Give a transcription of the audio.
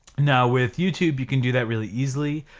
now with youtube you can do that really easily,